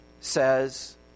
says